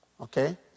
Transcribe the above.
Okay